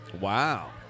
Wow